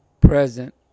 present